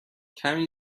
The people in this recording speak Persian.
کمی